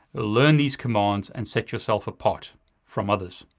learn these commands, and set yourself apart from others.